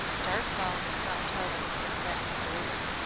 dart saw miss montaubyn step back into her room.